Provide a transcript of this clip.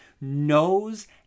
knows